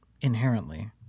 inherently